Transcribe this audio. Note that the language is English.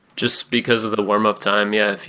just because of the warm up time, yeah.